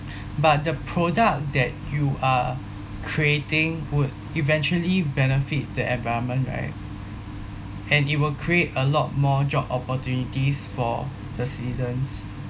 but the product that you are creating would eventually benefit the environment right and it will create a lot more job opportunities for the citizens